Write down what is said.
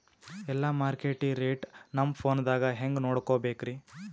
ಎಲ್ಲಾ ಮಾರ್ಕಿಟ ರೇಟ್ ನಮ್ ಫೋನದಾಗ ಹೆಂಗ ನೋಡಕೋಬೇಕ್ರಿ?